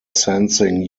sensing